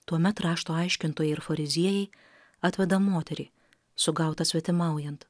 tuomet rašto aiškintojai ir fariziejai atveda moterį sugautą svetimaujant